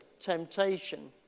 temptation